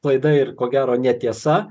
klaida ir ko gero netiesa